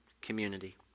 community